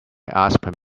asked